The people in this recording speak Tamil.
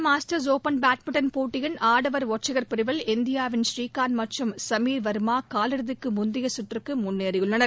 கொரிய மாஸ்டர்ஸ் ஒபன் பேட்மிண்டன் போட்டியின் ஆடவர் ஒற்றையர் பிரிவில் இந்தியாவின் ஸ்ரீகாந்த் மற்றும் சமீர் வர்மா காலிறுதிக்கு முந்தைய கற்றுக்கு முன்னேறியுள்ளனர்